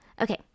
okay